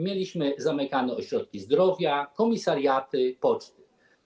Mieliśmy zamykane ośrodki zdrowia, komisariaty, poczty.